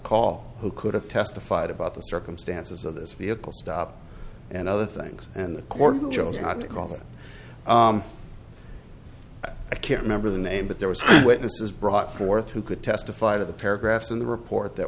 call who could have testified about the circumstances of this vehicle stop and other things and the court the judge not to call it i can't remember the name but there was witnesses brought forth who could testify to the paragraphs in the report that